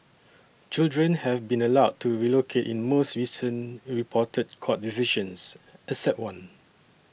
children have been allowed to relocate in most recent reported court decisions except one